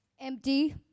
empty